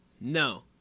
No